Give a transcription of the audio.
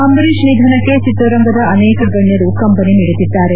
ಅಂಬರೀಶ್ ನಿಧನಕ್ಕೆ ಚಿತ್ರರಂಗದ ಅನೇಕ ಗಣ್ಣರು ಕಂಬನಿ ಮಿಡಿದಿದ್ದಾರೆ